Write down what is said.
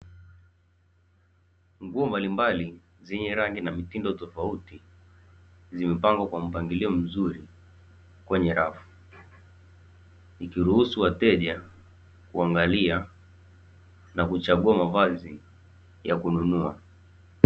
Nguo mbalimbali zenye rangi na mitindo tofauti zimepangwa kwa mpangilio mzuri kwenye rafu, ikiruhusu wateja kuangalia na kuchagua mavazi ya kununua.